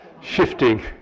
shifting